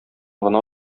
гына